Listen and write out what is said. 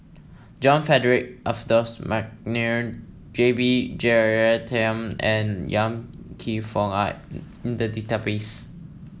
John Frederick Adolphus McNair J B Jeyaretnam and Kam Kee Yong are in the database